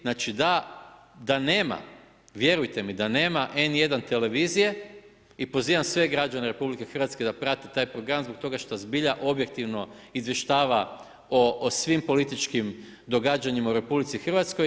Znači da nema vjerujte mi da nema N1 televizije i pozivam sve građane RH da prate taj program, zbog toga što zbilja objektivno izvještava o svim političkim događanjima u RH.